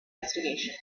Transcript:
investigations